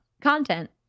content